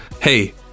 hey